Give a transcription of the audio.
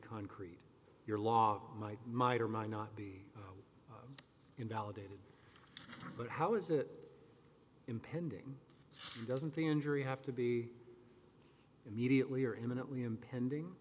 concrete your law might might or might not be invalidated but how is it impending doesn't pre injury have to be immediately or imminently impending